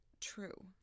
true